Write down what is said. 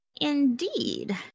Indeed